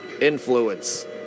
influence